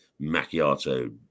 macchiato